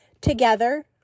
Together